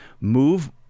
move